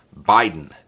Biden